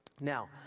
Now